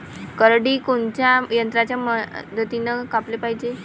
करडी कोनच्या यंत्राच्या मदतीनं कापाले पायजे?